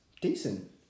decent